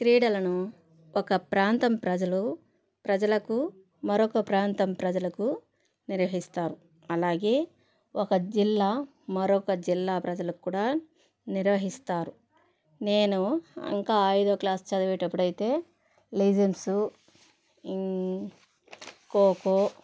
క్రీడలను ఒక ప్రాంతం ప్రజలు ప్రజలకు మరొక ప్రాంతం ప్రజలకు నిర్వహిస్తారు అలాగే ఒక జిల్లా మరొక జిల్లా ప్రజలకు కూడా నిర్వహిస్తారు నేను ఇంకా ఐదో క్లాస్ చదివేటప్పుడయితే లెజెండ్సు ఖోఖో